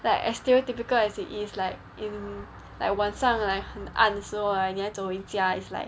like as stereotypical as it is like in like 晚上 like 很暗的时候 right 妳要走回家 is like